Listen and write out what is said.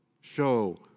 Show